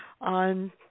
On